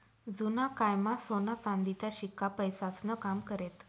जुना कायमा सोना चांदीचा शिक्का पैसास्नं काम करेत